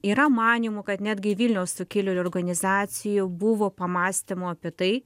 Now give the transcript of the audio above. yra manymų kad netgi vilniaus sukilėlių organizacijų buvo pamąstymų apie tai